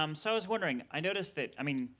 um so i was wondering. i noticed that i mean,